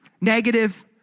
negative